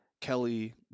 Kelly